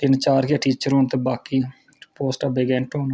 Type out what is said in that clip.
कि तिन चार गै टीचर होन ते बाकि पोस्टां वेकेंट होन